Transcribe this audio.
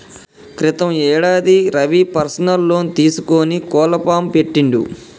క్రితం యేడాది Ravi personal loan తీసుకొని కోళ్ల ఫాం పెట్టిండు